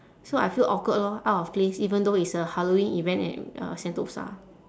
so I feel awkward lor out of place even though it's a halloween event at uh sentosa